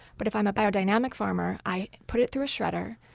but if i'm a biodynamic farmer, i put it through a shredder,